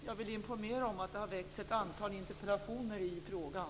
Jag vill informera om att det har väckts ett antal interpellationer i frågan.